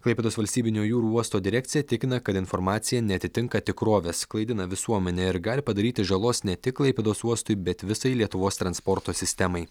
klaipėdos valstybinio jūrų uosto direkcija tikina kad informacija neatitinka tikrovės klaidina visuomenę ir gali padaryti žalos ne tik klaipėdos uostui bet visai lietuvos transporto sistemai